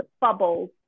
bubbles